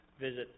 visit